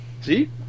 See